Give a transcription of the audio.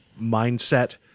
mindset